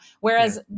whereas